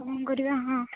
କ'ଣ କରିବା ହଁ